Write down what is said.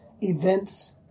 events